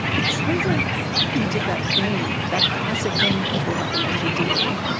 it sounds like you did that thing, that classic thing people recommend you do,